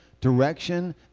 direction